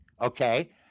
Okay